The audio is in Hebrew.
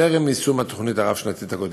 טרם יישום התוכנית הרב-שנתית הקודמת.